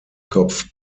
kopf